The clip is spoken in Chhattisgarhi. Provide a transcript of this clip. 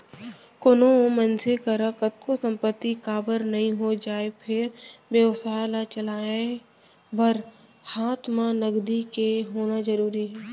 कोनो मनसे करा कतको संपत्ति काबर नइ हो जाय फेर बेवसाय ल चलाय बर हात म नगदी के होना जरुरी हे